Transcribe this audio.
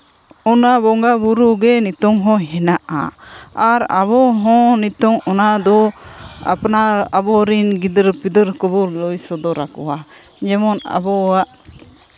ᱚᱱᱟ ᱵᱚᱸᱜᱟᱼᱵᱩᱨᱩ ᱜᱮ ᱱᱤᱛᱚᱝ ᱦᱚᱸ ᱦᱮᱱᱟᱜᱼᱟ ᱟᱨ ᱟᱵᱚᱦᱚᱸ ᱱᱤᱛᱚᱜ ᱚᱱᱟᱫᱚ ᱟᱯᱱᱟᱨ ᱟᱵᱚᱨᱮᱱ ᱜᱤᱫᱽᱨᱟᱹ ᱯᱤᱫᱽᱨᱟᱹ ᱠᱚᱵᱚᱱ ᱞᱟᱹᱭ ᱥᱚᱫᱚᱨ ᱟᱠᱚᱣᱟ ᱡᱮᱢᱚᱱ ᱟᱵᱚᱣᱟᱜ